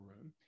room